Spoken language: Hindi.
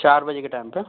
चार बजे के टाइम पर